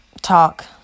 talk